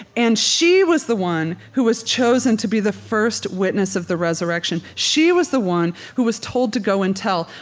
and she was the one who was chosen to be the first witness of the resurrection. she was the one who was told to go and tell.